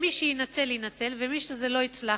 מי שיינצל יינצל ואצל מי שזה לא יצלח,